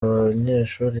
banyeshuri